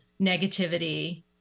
negativity